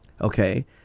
Okay